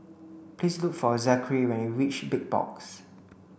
please look for Zachery when you reach Big Box